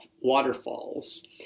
waterfalls